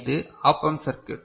எனவே இது op amp circuit